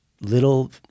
little